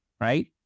right